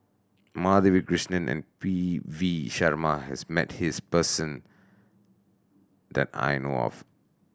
Madhavi Krishnan and P V Sharma has met this person that I know of